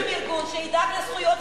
תנסה להקים ארגון שידאג לזכויות של,